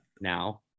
Now